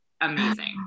amazing